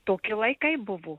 toki laikai buvo